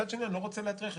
מצד שני אני לא רוצה להטריח,